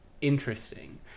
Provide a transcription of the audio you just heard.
interesting